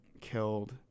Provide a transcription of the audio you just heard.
killed